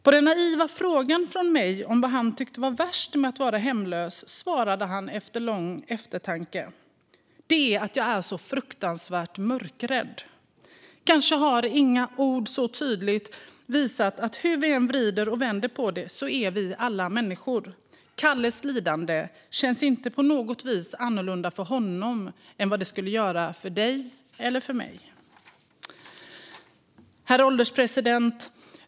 På den naiva frågan från mig om vad han tyckte var värst med att vara hemlös svarade han efter lång eftertanke: Det är att jag är så fruktansvärt mörkrädd. Kanske har inga ord gjort så tydligt att hur vi än vrider och vänder på det är vi alla människor. Kalles lidande känns inte på något vis annorlunda för honom än vad det skulle göra för dig eller för mig. Herr ålderspresident!